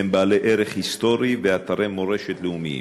הגנים הם בעלי ערך היסטורי ואתרי מורשת לאומיים.